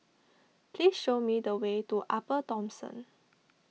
please show me the way to Upper Thomson